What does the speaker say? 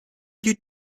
you